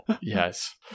yes